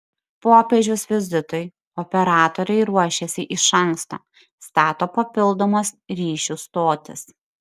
popiežiaus vizitui operatoriai ruošiasi iš anksto stato papildomas ryšių stotis